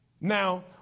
Now